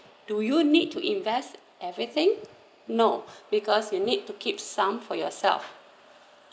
do you need to invest everything no because you need to keep some for yourself